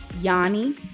yanni